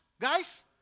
Guys